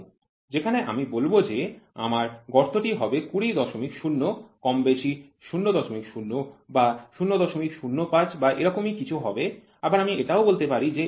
যেখানে আমি বলব যে আমার গর্তটি হবে ২০০ কমবেশি ০০ বা ০০৫ বা এরকমই কিছু হবে আবার আমি এটাও বলতে পারি যে এটাকে ০১ মিলিমিটার করতে হবে